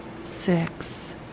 Six